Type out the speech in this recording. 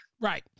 Right